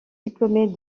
diplômée